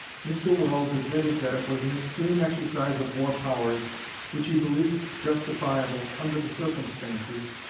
mr. welles admitted that it was an extreme exercise of war powers which he believed justifiable under the circumstances,